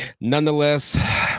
Nonetheless